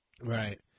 right